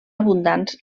abundants